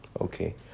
Okay